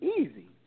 Easy